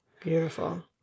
Beautiful